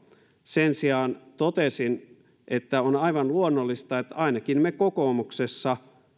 sen sijaan totesin että on aivan luonnollista että soten tiimoilta ainakin me kokoomuksessa kuuntelimme